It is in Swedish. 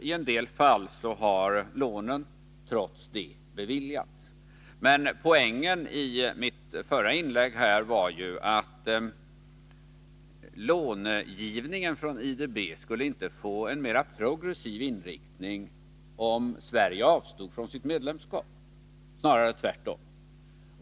I en del fall har lånen trots det beviljats. Men budskapet i mitt förra inlägg var att långivningen från IDB inte skulle få en mer progressiv inriktning om Sverige avstod från sitt medlemsskap. Snarare tvärtom.